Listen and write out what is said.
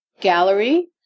gallery